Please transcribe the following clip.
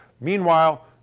Meanwhile